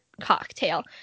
cocktail